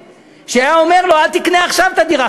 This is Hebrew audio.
שהיה אומר לו: אל תקנה עכשיו את הדירה,